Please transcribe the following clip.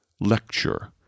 lecture